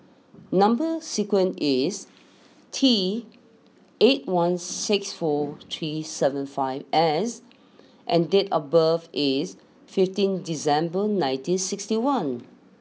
number sequence is T eight one six four three seven five S and date of birth is fifteen December nineteen sixty one